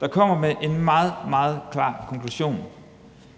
der kommer med en meget, meget klar konklusion.